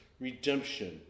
Redemption